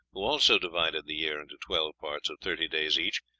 who also divided the year into twelve parts of thirty days each,